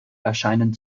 erscheinen